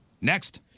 Next